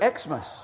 Xmas